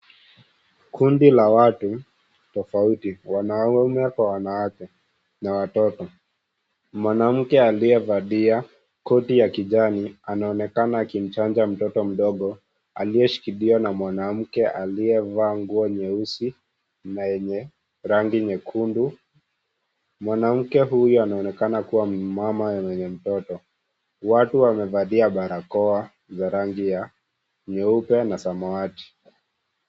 Kundi la watu tofauti wanaume kwa wanawake na watoto. Mwanamke aliyevalia koti ya kijani anaonekana akimchanja mtoto mdogo. Aliyeshikiliwa na mwanamke aliyevaa nguo nyeusi na yenye rangi nyekundu. Mwanamke huyu anaonekana kuwa ni mama yenye mtoto. Watu wamevalia barakoa za rangi ya nyeupe na samawati.